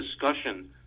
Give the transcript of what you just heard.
discussion